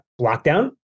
lockdown